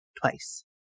twice